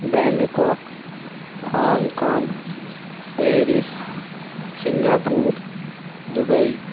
Bangkok Hong Kong Paris Singapore Dubai